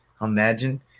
imagine